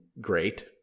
great